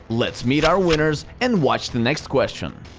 let's meet our winners and watch the next question!